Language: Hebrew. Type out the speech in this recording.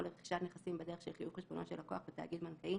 לרכישת נכסים בדרך של חיוב חשבונו של לקוח בתאגיד בנקאי